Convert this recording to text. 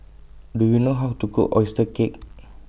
Do YOU know How to Cook Oyster Cake